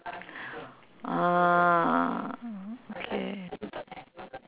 uh okay